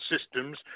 systems